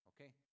Okay